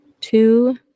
two